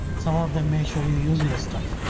some of them may show you useless stuff,